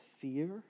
fear